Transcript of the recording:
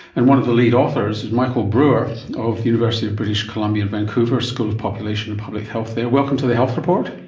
and one of the lead authors is michael brauer of the university of british columbia, vancouver, school of population and public health there. welcome to the health report.